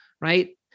Right